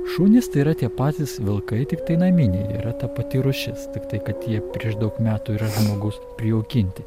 šunys tai yra tie patys vilkai tiktai naminiai yra ta pati rūšis tiktai kad jie prieš daug metų yra žmogaus prijaukinti